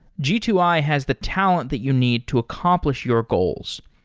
g two i has the talent that you need to accomplish your goals.